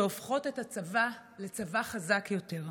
שהופכות את הצבא לצבא חזק יותר.